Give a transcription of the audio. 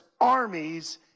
armies